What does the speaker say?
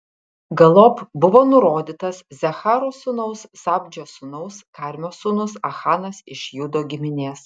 galop buvo nurodytas zeracho sūnaus zabdžio sūnaus karmio sūnus achanas iš judo giminės